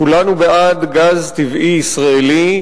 כולנו בעד גז טבעי ישראלי,